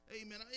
Amen